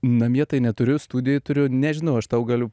namie tai neturiu studijoj turiu nežinau aš tau galiu